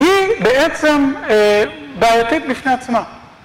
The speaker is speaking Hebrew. היא בעצם בעייתית בפני עצמה.